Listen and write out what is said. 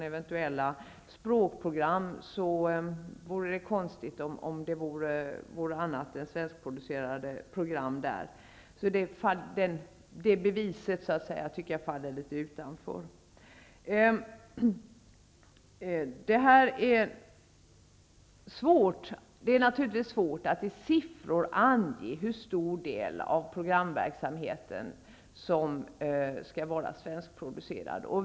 Det vore konstigt om det vore annat än svenskproducerade program i Utbildningsradion, om man nu bortser från eventuella språkprogram. Det beviset tycker jag faller litet utanför. Det är naturligtvis svårt att ange i siffror hur stor del av programverksamheten som skall vara svenskproducerad.